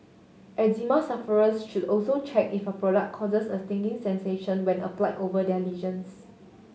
eczema sufferers should also check if a product causes a stinging sensation when applied over their lesions